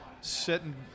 sitting